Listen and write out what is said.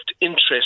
interest